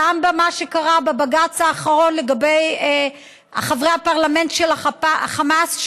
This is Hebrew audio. גם במה שקרה בבג"ץ האחרון לגבי חברי הפרלמנט של החמאס,